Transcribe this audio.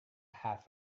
half